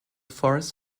force